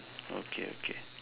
okay okay